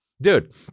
Dude